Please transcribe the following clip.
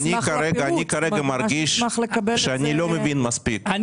אני כרגע מרגיש שאני לא מבין מספיק,